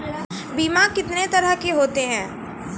बीमा कितने तरह के होते हैं?